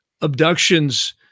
abductions